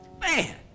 Man